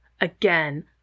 again